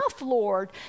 Lord